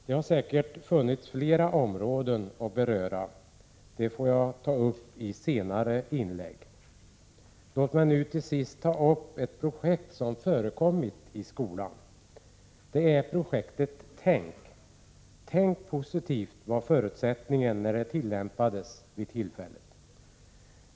Det finns säkert flera områden att beröra. Dem får jag ta upp i senare inlägg. Låt mig nu till sist ta upp ett projekt som förekommit i skolan. Det är projektet ”Tänk”. Tänk positivt var förutsättningen för projektet.